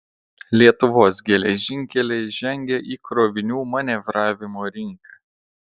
lietuvos geležinkeliai žengia į krovinių manevravimo rinką